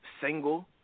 Single